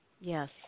yes